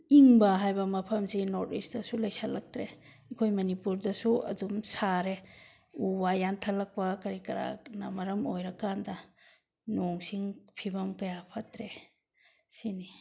ꯏꯪꯕ ꯍꯥꯏꯕ ꯃꯐꯝꯁꯦ ꯅꯣꯔꯠ ꯏꯁꯇꯁꯨ ꯂꯩꯁꯜꯂꯛꯇ꯭ꯔꯦ ꯑꯩꯈꯣꯏ ꯃꯅꯤꯄꯨꯔꯗꯁꯨ ꯑꯗꯨꯝ ꯁꯥꯔꯦ ꯎ ꯋꯥ ꯌꯥꯟꯊꯠꯂꯛꯄ ꯀꯔꯤ ꯀꯔꯥꯅ ꯃꯔꯝ ꯑꯣꯏꯔꯀꯥꯟꯗ ꯅꯣꯡ ꯁꯤꯡ ꯐꯤꯕꯝ ꯀꯌꯥ ꯐꯠꯇ꯭ꯔꯦ ꯁꯤꯅꯤ